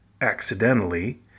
accidentally